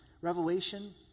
Revelation